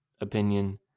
opinion